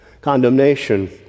condemnation